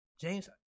James